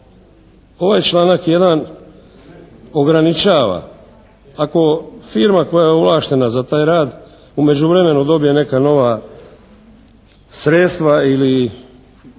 ovaj članak 1. ograničava, ako firma koja je ovlaštena za taj rad u međuvremenu dobije neka nova sredstva ili